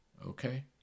Okay